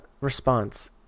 response